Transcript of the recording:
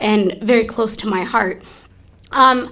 and very close to my heart